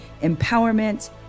empowerment